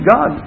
God